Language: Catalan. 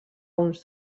uns